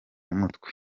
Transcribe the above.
mutwe